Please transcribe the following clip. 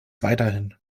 weiterhin